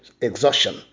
exhaustion